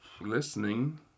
listening